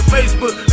Facebook